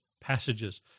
passages